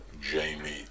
Jamie